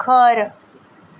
खर